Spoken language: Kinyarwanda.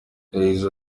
yagize